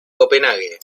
copenhague